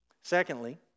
Secondly